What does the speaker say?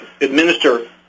administer